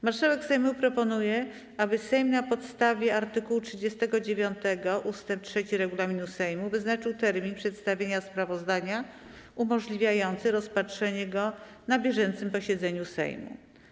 Marszałek Sejmu proponuje, aby Sejm na podstawie art. 39 ust. 3 regulaminu Sejmu wyznaczył termin przedstawienia sprawozdania umożliwiający rozpatrzenie go na bieżącym posiedzeniu Sejmu.